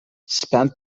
spent